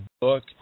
book